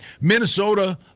Minnesota